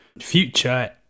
future